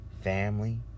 family